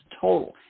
total